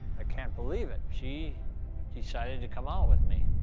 ah can't believe it. she decided to come out with me.